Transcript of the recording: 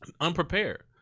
unprepared